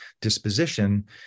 disposition